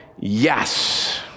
yes